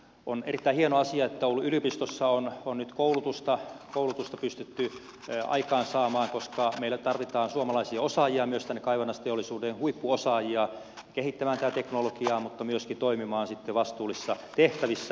on erittäin hieno asia että oulun yliopistossa on nyt koulutusta pystytty aikaansaamaan koska meillä tarvitaan suomalaisia osaajia myös tänne kaivannaisteollisuuteen huippuosaajia kehittämään tätä teknologiaa mutta myöskin toimimaan sitten vastuullisissa tehtävissä